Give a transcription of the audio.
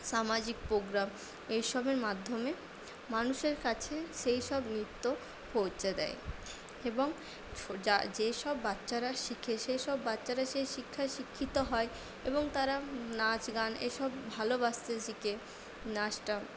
সামাজিক প্রোগ্রাম এইসবের মাধ্যমে মানুষের কাছে সেই সব নৃত্য পৌঁছে দেয় এবং যেসব বাচ্চারা শিখে সেই সব বাচ্চারা সেই শিক্ষায় শিক্ষিত হয় এবং তারা নাচ গান এসব ভালবাসতে শিখে নাচটা